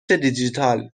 دیجیتال